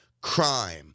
crime